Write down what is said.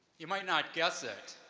you might not guess it,